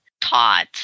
Taught